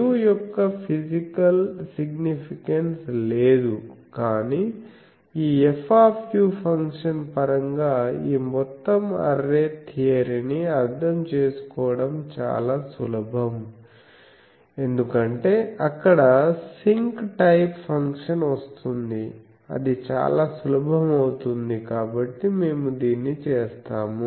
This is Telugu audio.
u యొక్క ఫిజికల్ సిగ్నిఫికెన్స్ లేదు కానీ ఈ F ఫంక్షన్ పరంగా ఈ మొత్తం అర్రే థియరీని అర్థం చేసుకోవడం చాలా సులభం ఎందుకంటే అక్కడ సింక్ టైప్ ఫంక్షన్ వస్తుంది అది చాలా సులభం అవుతుంది కాబట్టి మేము దీన్ని చేస్తాము